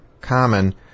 common